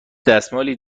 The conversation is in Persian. دستمالی